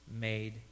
made